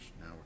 Now